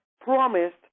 promised